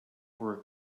for